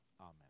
amen